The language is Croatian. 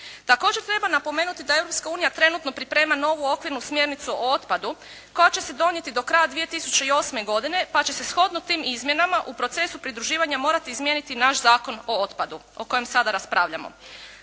Također treba napomenuti da Europska unija trenutno priprema novu okvirnu smjernicu o otpadu koja će se donijeti do kraja 2008. godine pa će se shodno tim izmjenama u procesu pridruživanja morati izmijeniti naš Zakon o otpadu o kojem sada raspravljamo.